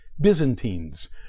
Byzantines